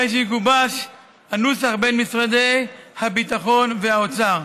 אחרי שיגובש הנוסח בין משרדי הביטחון והאוצר.